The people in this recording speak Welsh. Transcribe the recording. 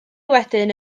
wedyn